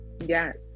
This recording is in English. Yes